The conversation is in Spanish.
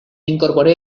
incorporé